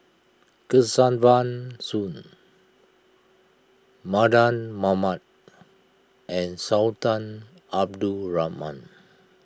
Kesavan Soon Mardan Mamat and Sultan Abdul Rahman